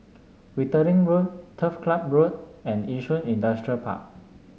Wittering Road Turf Ciub Road and Yishun Industrial Park